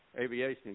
aviation